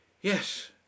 Yes